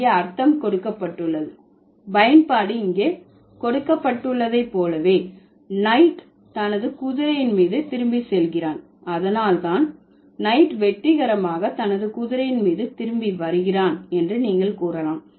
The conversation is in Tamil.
இங்கே அர்த்தம் கொடுக்கப்பட்டுள்ளது பயன்பாடு இங்கே கொடுக்க பட்டுள்ளதை போலவே நைட் தனது குதிரையின் மீது திரும்பி செல்கிறான் அதனால் தான் நைட் வெற்றிகரமாக தனது குதிரையின் மீது திரும்பி வருகிறான் என்று நீங்கள் கூறலாம்